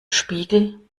spiegel